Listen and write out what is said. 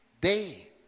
day